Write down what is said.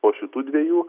po šitų dviejų